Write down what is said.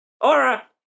Aura